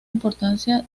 importancia